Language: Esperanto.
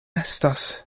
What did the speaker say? estas